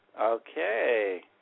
Okay